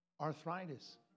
Arthritis